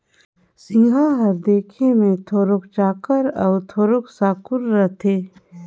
सिगहा हर देखे मे थोरोक चाकर अउ थोरोक साकुर रहथे